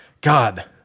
God